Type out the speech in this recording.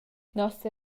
nossa